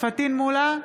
פטין מולא,